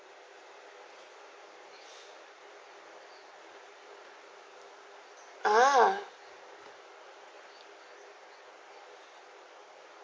ah